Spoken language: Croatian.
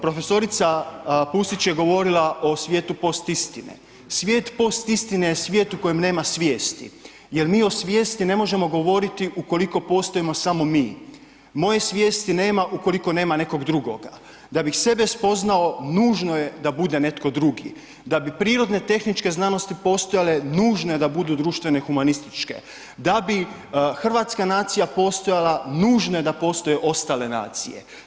Prof. Pusić je govorila o svijetu postistine, svijet postistine je svijet u kojem nema svijesti jer mi o svijesti ne možemo govoriti ukoliko postojimo samo mi, moje svijesti nema ukoliko nema nekog drugoga, da bih sebe spoznao, nužno je da bude netko drugi, da bi prirodne tehničke znanosti postojale, nužno je da budu društvene humanističke, da bi hrvatska nacija postojala, nužno je da postoje ostale nacije.